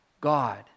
God